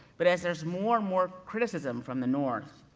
but as there's more and more criticism from the north,